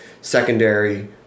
secondary